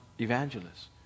evangelists